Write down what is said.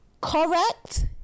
correct